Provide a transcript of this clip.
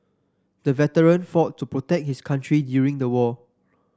the veteran fought to protect his country during the war